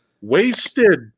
wasted